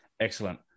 Excellent